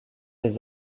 des